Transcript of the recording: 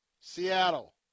Seattle